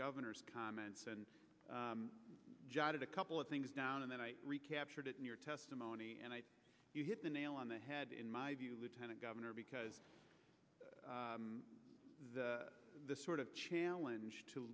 governor's comments and jotted a couple of things down and then i recaptured it in your testimony and you hit the nail on the head in my view lieutenant governor because the sort of challenge to